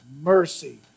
mercy